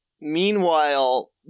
meanwhile